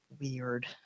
weird